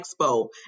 Expo